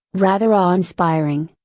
rather awe inspiring,